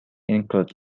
include